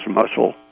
muscle